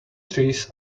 trees